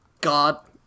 God